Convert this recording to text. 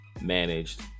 managed